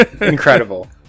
incredible